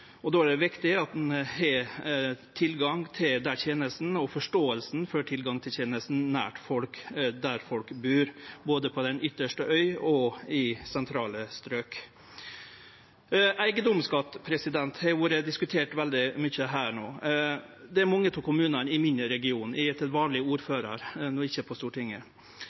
med. Då er det viktig at ein har tilgang til tenestene, og at ein forstår kor viktig det er med tilgang til tenestene nært der folk bur, både på den ytste øy og i sentrale strøk. Eigedomsskatt har vore diskutert veldig mykje. Det gjeld mange av kommunane i min region. Eg er til vanleg ordførar – når eg ikkje er på Stortinget.